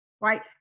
Right